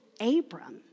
Abram